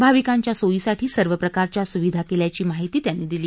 भाविकांच्या सोयीसाठी सर्व प्रकारच्या सुविधा केल्याची माहिती त्यांनी दिली